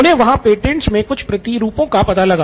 उन्हे वहाँ पेटेंटस में कुछ प्रतिरूपों का पता लगा